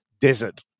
desert